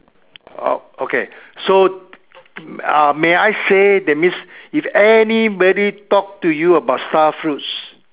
oh okay so uh may I say that means if anybody talk to you about starfruits